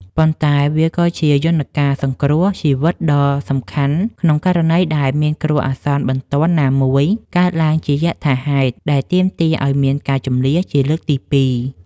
ប៉ុន្តែវាក៏ជាយន្តការសង្គ្រោះជីវិតដ៏សំខាន់ ក្នុងករណីដែលមានគ្រោះអាសន្នបន្ទាន់ណាមួយកើតឡើងជាយថាហេតុ ដែលទាមទារឱ្យមានការជម្លៀសជាលើកទីពីរ។